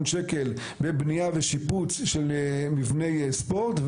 שקלים בבנייה ושיפוץ של מבני ספורט,